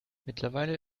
mittlerweile